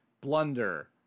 blunder